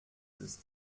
ist